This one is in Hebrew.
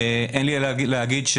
אין לי אלא להגיד,